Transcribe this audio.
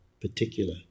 particular